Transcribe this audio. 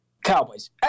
Cowboys